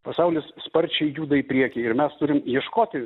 pasaulis sparčiai juda į priekį ir mes turim ieškoti